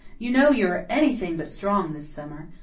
you know you are anything but strong this summer.